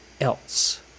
else